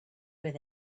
with